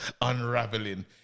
unraveling